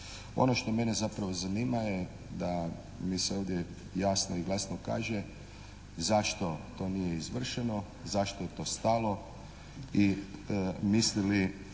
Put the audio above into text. Ono što mene zapravo zanima je da mi se ovdje jasno i glasno kaže zašto to nije izvršeno, zašto je to stalo i misli li